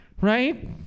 right